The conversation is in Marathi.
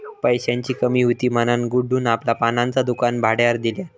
पैशाची कमी हुती म्हणान गुड्डून आपला पानांचा दुकान भाड्यार दिल्यान